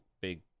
big